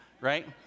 right